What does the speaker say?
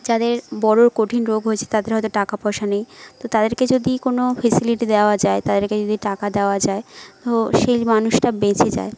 যাদের বড়ো কঠিন রোগ হয়েছে তাদের হয়তো টাকা পয়সা নেই তো তাদেরকে যদি কোনো ফেসিলিটি দেওয়া যায় তাদেরকে যদি টাকা দেওয়া যায় তো সেই মানুষটা বেঁচে যায়